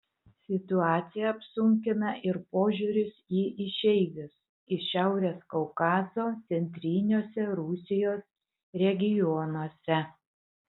situaciją apsunkina ir požiūris į išeivius iš šiaurės kaukazo centriniuose rusijos regionuose